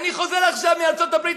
אני חוזר עכשיו מארצות-הברית,